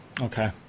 Okay